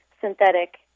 synthetic